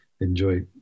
enjoy